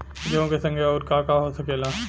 गेहूँ के संगे आऊर का का हो सकेला?